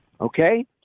okay